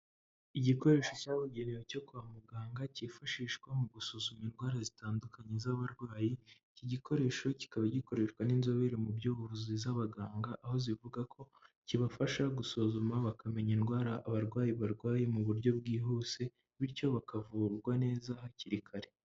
Igikoresho cyabugenewe cyo kwa muganga cyifashishwa mu gusuzuma indwara zitandukanye z'abarwayi, iki gikoresho kikaba gikoreshwa n'inzobere mu by'ubuvuzi z'abaganga, aho zivuga ko kibafasha gusuzuma bakamenya indwara abarwayi barwaye mu buryo bwihuse, bityo bakavurwa neza hakiri kare.